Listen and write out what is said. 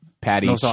patty